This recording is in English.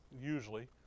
usually